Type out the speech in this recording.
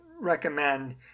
recommend